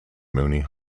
mooney